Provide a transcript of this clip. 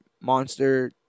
monster